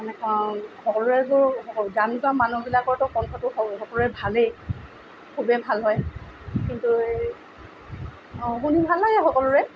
মানে সকলোৰেটো গান গোৱা মানুহবিলাকৰতো কন্ঠটো সকলো সকলোৰেতো ভালেই খুবেই ভাল হয় কিন্তু এই অঁ শুনি ভাল লাগে সকলোৰে